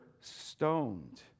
stoned